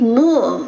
more